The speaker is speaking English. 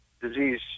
disease